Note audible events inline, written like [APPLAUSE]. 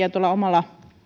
[UNINTELLIGIBLE] ja tuolla omalla